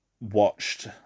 Watched